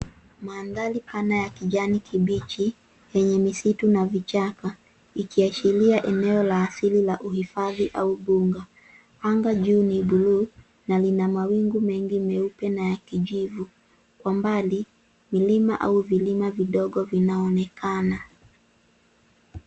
Mandhari pana ya kijani kibichi yenye misitu na vichaka ikiashiria eneo la asili la uhifadhi au mbuga. Anga juu ni buluu na lina mawingu mengi meupe na ya kijivu. Kwa mbali, milima au vilima vidogo vinaonekana.